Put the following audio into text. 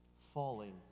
falling